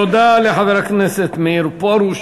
תודה לחבר הכנסת מאיר פרוש.